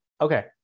Okay